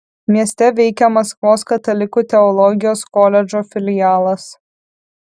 mieste veikia maskvos katalikų teologijos koledžo filialas